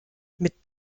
mit